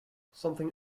something